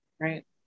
Right